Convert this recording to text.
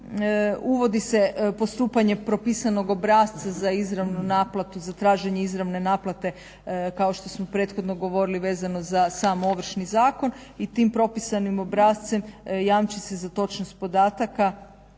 Uvodi se postupanje propisanog obrasca za izravnu naplatu za traženje izravne naplate kao što smo prethodno govorili vezano za sam Ovršni zakon i tim propisanim obrascem jamči se za točnost podataka.